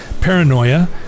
paranoia